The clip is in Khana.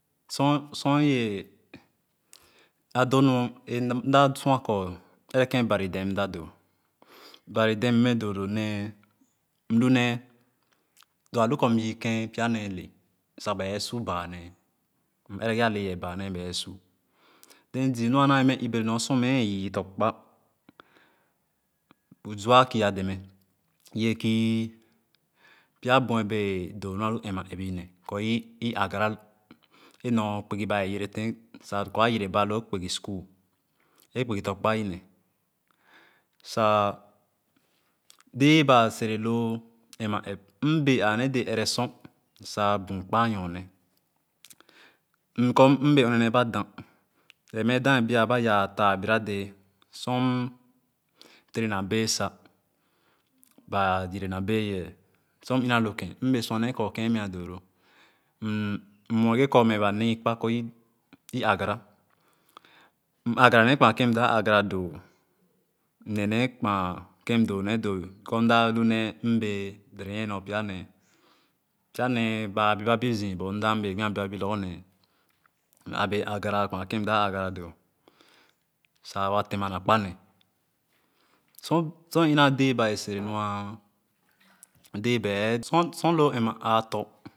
Sor sor ì wɛɛ a donu naa sua kor ɛrɛ kèn Bari dem mda doo Bari dem mɛ doodoo nee mlunee loalu kor m yeekèn pya nee le sa baã su baa ne m ɛrɛ ge ale yeeh baa nee ba eeh su then ziinu ana wɛɛ mɛ ìbere nor sor mme yìì tɔ̃kpa bu zua kìì a deme ì yìì kìì pya bue doo nu a lu ɛm-ma-ɛp ìne kor ì agara anor kpugi ba wɛɛ yere tèn sa kor a yereba loo kpugì school ee kpugi tɔ̃kpa sa dɛɛ ba serelo ɛm-ma-ɛp mbee aa nee dɛɛ ɛrɛ sor sa büü kpa a nɔɔ-ne mkor mbee wene nee ba dah lee maadah ebìa kwene yaa tae bìra dɛɛ sor ture na bee sa ba yere na bee yeeh sor m ìna lokèn m bee sua nee kor e meah doo ro m mue ge kor ba nee kpa kor ì agara m agara nee kpa kèn m dap agara doo mne nee kpa kèn m dap doo nee doo kor mala lu nee a naa wɛɛ dɛrɛ nyìe nor pya nee pya nee baa bìp-ebìp zii but mda m bee gbì a bìp-ebìp pya nee m egere agara kpaa kèn m dap agara doo sa wa tenma na kpa ne sur-a-ina dɛɛ ba wɛɛ sere nua dɛɛ ba eeh sor lo ɛm-ma ààtɔ.